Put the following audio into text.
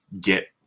get